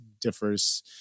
differs